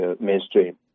mainstream